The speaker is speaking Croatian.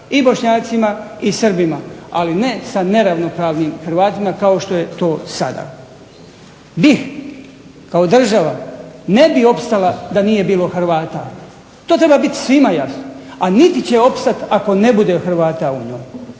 i Bošnjacima i Srbima. Ali ne sa neravnopravnim Hrvatima kao što je to sada. BiH kao država ne bi opstala da nije bilo Hrvata. To treba biti svima jasno. A niti će opstati ako ne bude Hrvata u njoj.